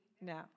No